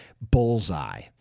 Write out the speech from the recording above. bullseye